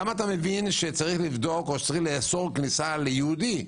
למה אתה מבין שצריך לבדוק או לאסור כניסה של יהודי,